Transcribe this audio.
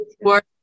work